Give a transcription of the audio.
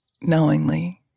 knowingly